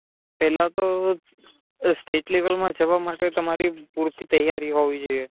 પહેલા તો સ્ટેટ લેવલમાં જવા માટે તમારી પૂરતી તૈયારી હોવી જોઈએ